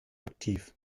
aktiv